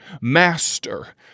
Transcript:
Master